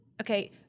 Okay